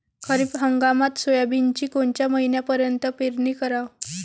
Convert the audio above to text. खरीप हंगामात सोयाबीनची कोनच्या महिन्यापर्यंत पेरनी कराव?